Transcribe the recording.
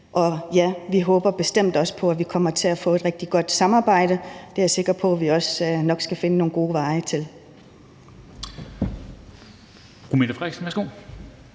Og ja, vi håber bestemt også på, at vi kommer til at få et rigtig godt samarbejde. Det er jeg sikker på vi også nok skal finde nogle gode veje til.